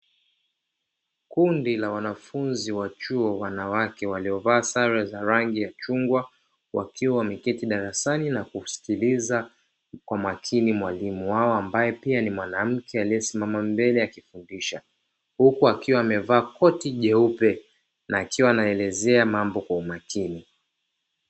Kundi la wanafunzi wa chuo wanawake waliovaa sare za rangi ya chungwa, wakiwa wameketi darasani na kusikiliza kwa makini mwalimu wao ambaye pia ni mwanamke, aliyesimama mbele akifundisha huku akiwa amevaa koti jeupe na akiwa anaelezea mambo kwa umakini.